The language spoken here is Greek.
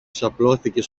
ξαπλώθηκε